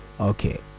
Okay